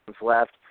left